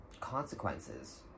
consequences